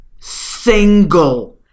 single